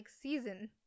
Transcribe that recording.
season